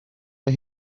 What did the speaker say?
mae